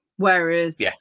whereas